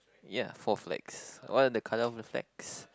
ya four flags what are the colour of the flags